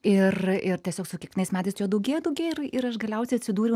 ir ir tiesiog su kiekvienais metais jo daugėjo daugėjo ir ir aš galiausiai atsidūriau